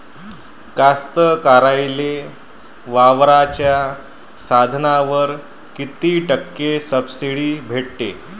कास्तकाराइले वावराच्या साधनावर कीती टक्के सब्सिडी भेटते?